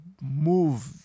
move